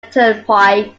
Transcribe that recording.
turnpike